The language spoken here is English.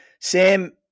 Sam